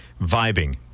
Vibing